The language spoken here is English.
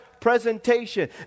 presentation